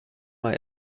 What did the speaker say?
mal